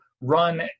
run